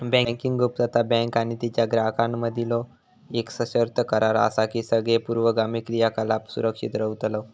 banking गुप्तता, bank आणि तिच्यो ग्राहकांमधीलो येक सशर्त करार असा की सगळे पूर्वगामी क्रियाकलाप सुरक्षित रव्हतला